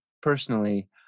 personally